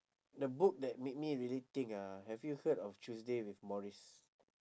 the book that made me really think ah have you heard of tuesday with morries